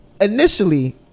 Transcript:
initially